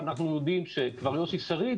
אנחנו יודעים שכבר יוסי שריד,